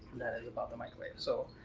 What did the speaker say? that is above the microwave. so,